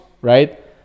right